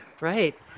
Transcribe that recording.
right